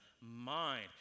mind